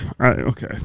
Okay